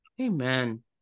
Amen